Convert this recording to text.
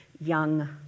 young